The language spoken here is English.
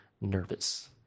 nervous